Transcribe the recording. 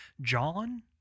John